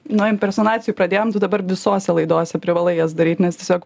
nuo impersonacijų pradėjom tai dabar visose laidose privalai jas daryt nes tiesiog